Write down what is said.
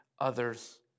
others